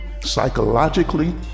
psychologically